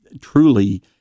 truly